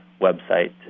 website